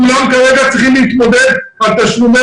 כולם כרגע צריכים להתמודד עם תשלומי